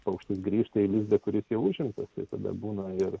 paukštis grįžta į lizdą kuris jau užimtas tada būna ir